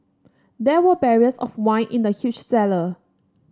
there were barrels of wine in the huge cellar